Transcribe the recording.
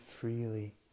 freely